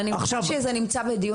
נמצא בדיון